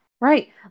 Right